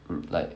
like